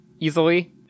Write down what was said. easily